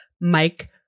Mike